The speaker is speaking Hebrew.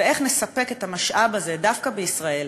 ואיך נספק את המשאב הזה דווקא בישראל,